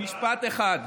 משפט אחד.